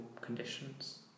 conditions